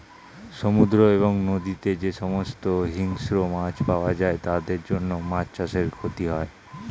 সমুদ্র এবং নদীতে যে সমস্ত হিংস্র মাছ পাওয়া যায় তাদের জন্য মাছ চাষে ক্ষতি হয়